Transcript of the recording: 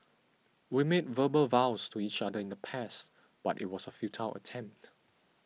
we made verbal vows to each other in the past but it was a futile attempt